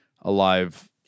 alive